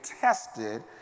tested